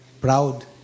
proud